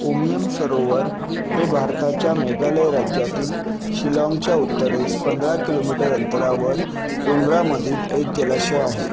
उमियम सरोवर हे भारताच्या मेघालय राज्यातील शिलाँगच्या उत्तरेस पंधरा किलोमीटर अंतरावर डोंगरामधील एक जलाशय आहे